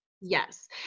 Yes